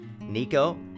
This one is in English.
nico